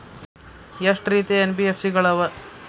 ಎಷ್ಟ ರೇತಿ ಎನ್.ಬಿ.ಎಫ್.ಸಿ ಗಳ ಅವ?